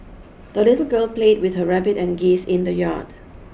the little girl played with her rabbit and geese in the yard